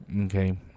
okay